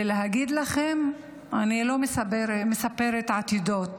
להגיד לכם, אני לא מספרת עתידות,